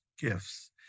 gifts